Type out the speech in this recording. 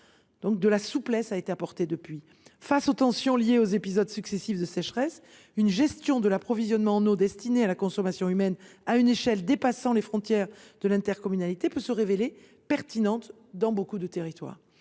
De la souplesse a donc été apportée. Face aux tensions liées aux épisodes successifs de sécheresse, une gestion de l’approvisionnement en eau destinée à la consommation humaine à une échelle dépassant les frontières de l’intercommunalité peut se révéler pertinente dans certains territoires.